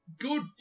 Good